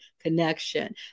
connection